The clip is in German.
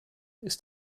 ist